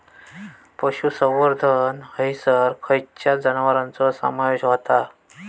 पशुसंवर्धन हैसर खैयच्या जनावरांचो समावेश व्हता?